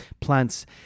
plants